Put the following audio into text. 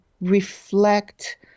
reflect